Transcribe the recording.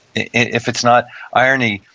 if it's not irony,